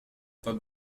pas